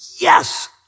yes